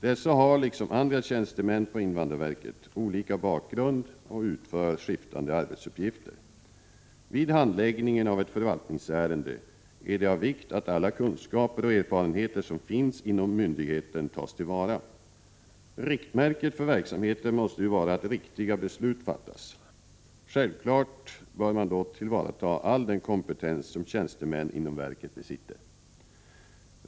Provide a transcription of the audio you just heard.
Dessa har, liksom andra tjänstemän på invandrarverket, olika bakgrund och utför skiftande arbetsuppgifter. Vid handläggningen av ett förvaltningsärende är det av vikt att alla kunskaper och erfarenheter som finns inom myndigheten tas till vara. Riktmärket för verksamheten måste ju vara att riktiga beslut fattas. Självfallet bör man då tillvarata all den kompetens som tjänstemän inom verket besitter.